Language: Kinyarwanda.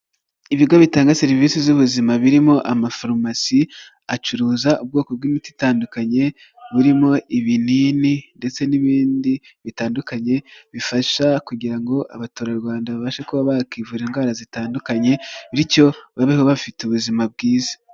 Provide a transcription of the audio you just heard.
Ibigo bitanga serivisi z'ubuzima birimo amafarumasi, acuruza ubwoko bw'imiti itandukanye, burimo ibinini ndetse n'ibindi bitandukanye, bifasha kugira ngo abaturarwanda babashe kuba bakivura indwara zitandukanye bityo babeho bafite ubuzima bwiza.